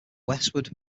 westwood